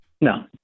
No